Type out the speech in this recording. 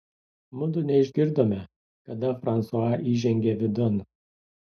mudu neišgirdome kada fransua įžengė vidun